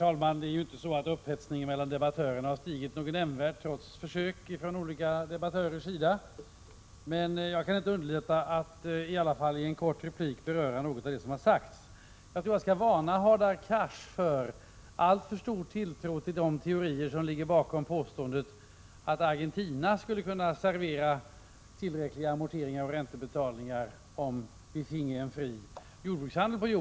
Herr talman! Upphetsningen mellan debattörerna har inte stigit nämnvärt trots försök från olika debattörers sida. Jag kan emellertid inte underlåta att i en kort replik beröra något av det som sagts. Jag tror att jag skall varna Hadar Cars för alltför stor tilltro till de teorier som ligger bakom påståendet att Argentina skulle kunna servera tillräckliga amorteringar och räntebetalningar om vi finge en fri jordbrukshandel.